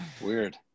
weird